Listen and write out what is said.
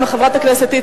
כבוד ראש הממשלה,